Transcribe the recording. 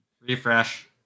Refresh